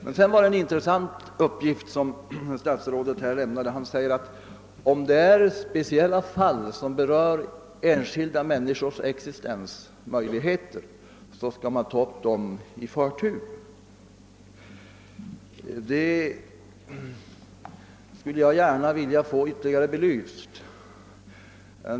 Det var en intressant uppgift statsrådet lämnade, när han sade att om det gäller speciella fall, som berör enskilda människors existensmöjligheter, man tar upp dem i förtur. Detta vill jag gärna få ytterligare belyst.